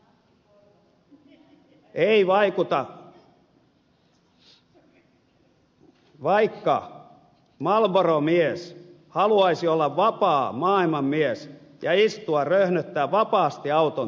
ei vaikuta vaikka marlboro mies haluaisi olla vapaa maailmanmies ja istua röhnöttää vapaasti auton takapenkillä